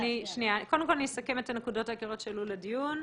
קודם כל אני אסכם את הנקודות העיקריות שעלו לדיון.